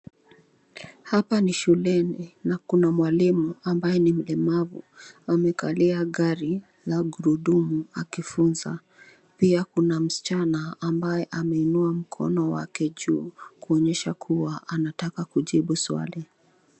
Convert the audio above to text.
Hapa ni shuleni na kuna mwalimu ambaye ni mlimavu amekalia gari la gurudumu akifunza pia kuna msichana ambaye ameinua mkono wake juu kuonyesha kuwa anataka kujibu swali.